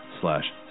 slash